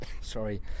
Sorry